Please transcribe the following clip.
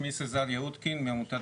שמי סזאר יהודקין מעמותת